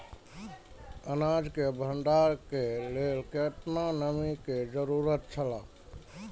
अनाज के भण्डार के लेल केतना नमि के जरूरत छला?